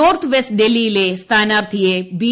north west ഡൽഹിയിലെ സ്ഥാനാർത്ഥിയെ B